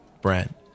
Brent